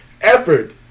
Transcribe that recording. Effort